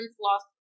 lost